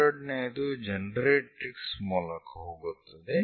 ಎರಡನೆಯದು ಜನರೇಟರಿಕ್ಸ್ ಮೂಲಕ ಹೋಗುತ್ತದೆ